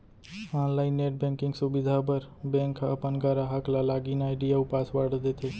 online net banking सुबिधा बर bank ह अपन गराहक ल लॉगिन आईडी अउ पासवर्ड देथे